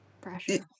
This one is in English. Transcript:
pressure